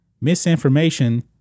misinformation